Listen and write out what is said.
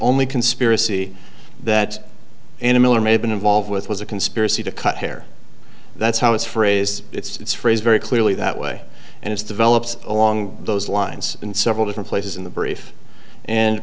only conspiracy that animal or may have been involved with was a conspiracy to cut hair that's how it's phrase it's phrase very clearly that way and it's developed along those lines in several different places in the brief and